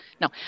No